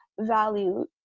value